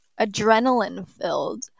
adrenaline-filled